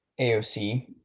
AOC